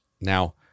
Now